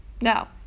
No